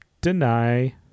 deny